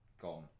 gone